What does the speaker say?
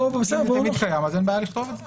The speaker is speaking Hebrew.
אם זה תמיד קיים אז אין בעיה לכתוב את זה.